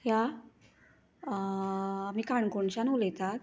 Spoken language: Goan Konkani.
ह्या आमी काणकोणच्यान उलयता